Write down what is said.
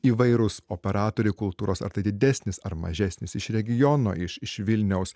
įvairūs operatoriai kultūros ar tai didesnis ar mažesnis iš regiono iš iš vilniaus